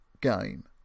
game